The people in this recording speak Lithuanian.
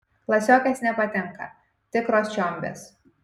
klasiokės nepatinka tikros čiombės